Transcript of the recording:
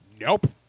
Nope